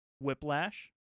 Whiplash